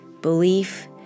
belief